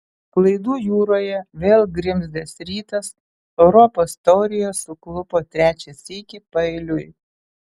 klaidų jūroje vėl grimzdęs rytas europos taurėje suklupo trečią sykį paeiliui